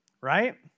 right